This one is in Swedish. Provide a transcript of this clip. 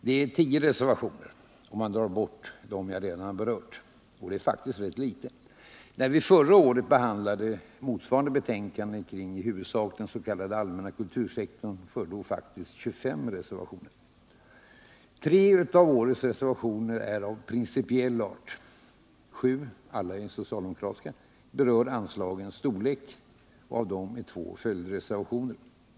Det är tio reservationer, om man drar ifrån dem som jag redan har berört. Det är faktiskt rätt litet. När vi förra året behandlade motsvarande betänkande kring i huvudsak den s.k. allmänna kultursektorn förelåg faktiskt 25 reservationer. Tre av året reservationer är av principiell art. Sju reservationer — alla socialdemokratiska — berör anslagens storlek. Och av dem är två följdreservationer.